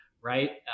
right